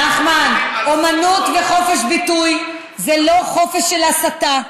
אומנות וחופש הביטוי,